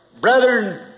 Brethren